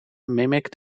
mimic